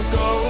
go